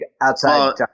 outside